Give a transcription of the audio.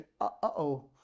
Uh-oh